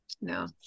No